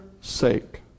sake